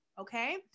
Okay